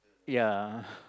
ya